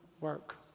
work